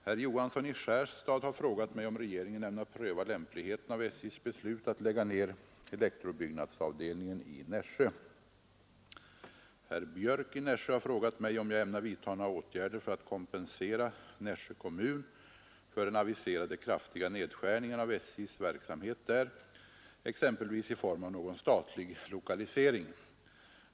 Herr Johansson i Skärstad har frågat mig om regeringen ämnar pröva lämpligheten av SJ:s beslut att lägga ner elektrobyggnadsavdelningen i Nässjö. Herr Björck i Nässjö har frågat mig om jag ämnar vidta några åtgärder för att kompensera Nässjö kommun för den aviserade kraftiga nedskärningen av SJ:s verksamhet där, exempelvis i form av någon statlig lokalisering.